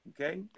Okay